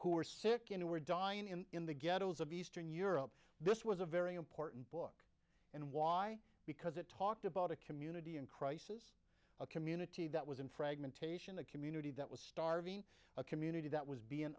who were sick in who were dying and in the ghettos of eastern europe this was a very important book and why because it talked about a community in crisis a community that was in fragmentation a community that was starving a community that was be